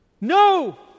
no